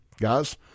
Guys